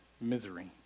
misery